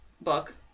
book